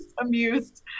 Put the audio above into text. amused